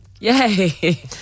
Yay